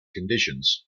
conditions